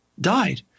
died